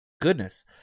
goodness